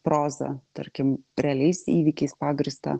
prozą tarkim realiais įvykiais pagrįstą